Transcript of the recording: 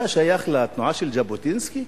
אתה שייך לתנועה של ז'בוטינסקי?